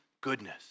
goodness